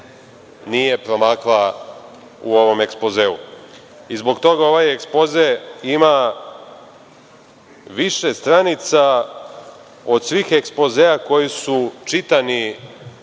nije promakla u ovom ekspozeu. Zbog toga ovaj ekspoze ima više stranica od svih ekspozea koji su čitani